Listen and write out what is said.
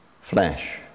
flesh